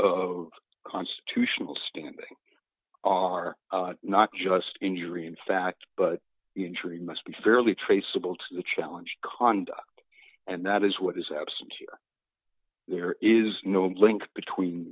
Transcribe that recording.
of constitutional standing are not just injury in fact but injury must be fairly traceable to the challenge conduct and that is what is absent here there is no link between